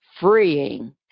freeing